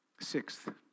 Sixth